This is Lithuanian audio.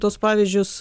tuos pavyzdžius